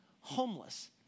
homeless